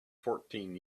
fourteen